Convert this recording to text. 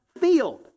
field